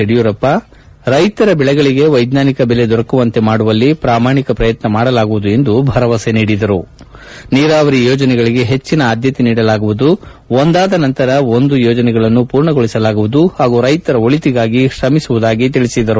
ಯಡಿಯೂರಪ್ಪ ರೈತರ ಬೆಳೆಗಳಗೆ ವೈಜ್ವಾನಿಕ ಬೆಲೆ ದೊರಕುವಂತೆ ಮಾಡುವಲ್ಲಿ ಪ್ರಾಮಾಣಿಕ ಪ್ರಯತ್ನ ಮಾಡಲಾಗುವುದು ಭರವಸೆ ಎಂದು ಭರವಸೆ ನೀಡಿದರು ನೀರಾವರಿ ಯೋಜನೆಗಳಿಗೆ ಹೆಚ್ಚಿನ ಆದ್ದತೆ ನೀಡಲಾಗುವುದು ಒಂದಾದ ನಂತರ ಒಂದು ಯೋಜನೆಗಳನ್ನು ಪೂರ್ಣಗೊಳಿಸಲಾಗುವುದು ಪಾಗೂ ರೈತರ ಒಳಿತಿಗಾಗಿ ಶ್ರಮಿಸುವುದಾಗಿ ಹೇಳಿದರು